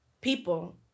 People